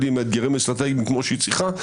עם אתגרים אסטרטגיים כמו שהיא צריכה,